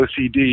OCD